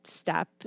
step